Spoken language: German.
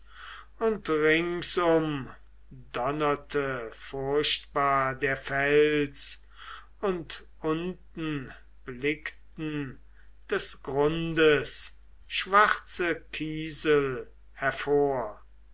und ringsum donnerte furchtbar der fels und unten blickten des grundes schwarze kiesel hervor